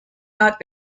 not